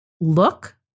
look